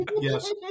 Yes